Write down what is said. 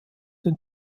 den